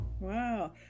wow